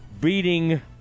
beating